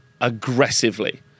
aggressively